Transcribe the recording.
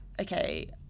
okay